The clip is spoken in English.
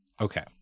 Okay